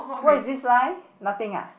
what is this line nothing ah